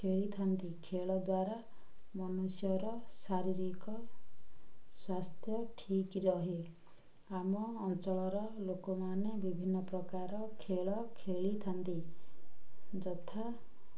ଖେଳିଥାନ୍ତି ଖେଳ ଦ୍ୱାରା ମନୁଷ୍ୟର ଶାରୀରିକ ସ୍ୱାସ୍ଥ୍ୟ ଠିକ୍ ରହେ ଆମ ଅଞ୍ଚଳର ଲୋକମାନେ ବିଭିନ୍ନ ପ୍ରକାର ଖେଳ ଖେଳିଥାନ୍ତି ଯଥା